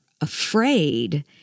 afraid